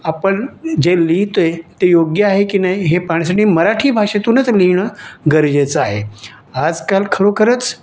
आपण जे लिहितो आहे ते योग्य आहे की नाही हे पाहण्यासाठी मराठी भाषेतूनच लिहिणं गरजेचं आहे आजकाल खरोखरच